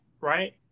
right